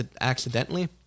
accidentally